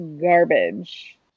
garbage